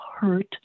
hurt